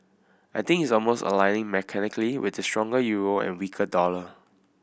I think it's almost aligning mechanically with the stronger euro and weaker dollar